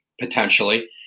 potentially